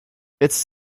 its